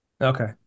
Okay